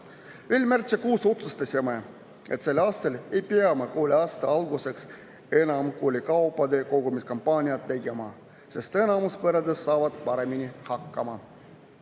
Veel märtsikuus otsustasime, et sel aastal ei pea me kooliaasta alguseks enam koolikaupade kogumise kampaaniat tegema, sest enamus peredest saavad paremini hakkama.